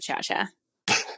cha-cha